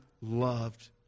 loved